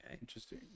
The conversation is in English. interesting